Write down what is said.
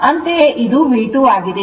ಅಂತೆಯೇ ಇದು V2 ಆಗಿದೆ